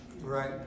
Right